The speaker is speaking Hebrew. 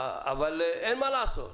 אבל אין מה לעשות.